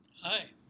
Hi